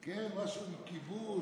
כן, משהו עם כיבוש,